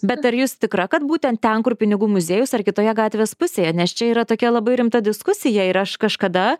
bet ar jūs tikra kad būtent ten kur pinigų muziejus ar kitoje gatvės pusėje nes čia yra tokia labai rimta diskusija ir aš kažkada